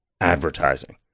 advertising